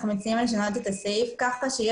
אנחנו מציעים לשנות את הסעיף כך שתהיה